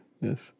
yes